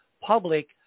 public